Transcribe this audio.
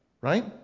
right